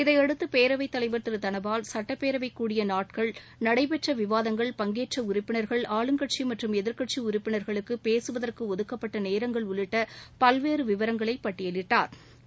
இதையடுத்து பேரவைத் தலைவர் திரு தனபால் சட்டப்பேரவை கூடிய நாட்கள் நடைபெற்ற விவாதங்கள் பங்கேற்ற உறுப்பினர்கள் ஆளும் கட்சி மற்றும் எதிர்க்கட்சி உறுப்பினர்களுக்கு பேசுவதற்கு ஒதுக்கப்பட்ட நேரங்கள் உள்ளிட்ட பல்வேறு விவரங்களை பட்டியலிட்டாா்